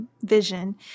vision